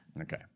Okay